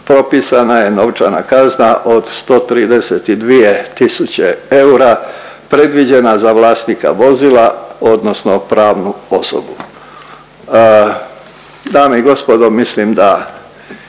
propisana je novčana kazna od 132 tisuće eura predviđena za vlasnika vozila odnosno pravnu osobu. Dame i gospodo mislim da